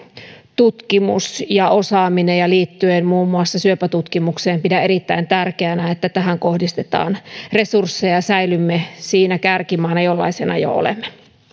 tutkimus ja osaaminen liittyen muun muassa syöpätutkimukseen pidän erittäin tärkeänä että tähän kohdistetaan resursseja ja säilymme siinä kärkimaana jollaisena jo olemme